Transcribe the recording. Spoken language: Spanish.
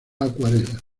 acuarela